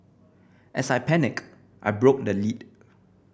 as I panicked I broke the lid